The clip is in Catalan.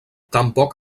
tampoc